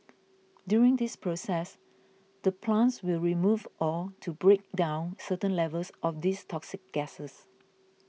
during this process the plants will remove or to break down certain levels of these toxic gases